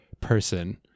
person